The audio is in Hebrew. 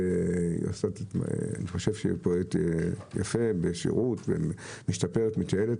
אני חושב שהיא פועלת יפה בשירות ומתייעלת,